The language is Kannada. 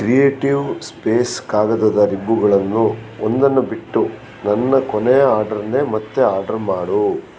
ಕ್ರಿಯೇಟಿವ್ ಸ್ಪೇಸ್ ಕಾಗದದ ರಿಬ್ಬುಗಳನ್ನು ಒಂದನ್ನು ಬಿಟ್ಟು ನನ್ನ ಕೊನೆಯ ಆರ್ಡರ್ನೇ ಮತ್ತೆ ಆರ್ಡ್ರು ಮಾಡು